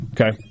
Okay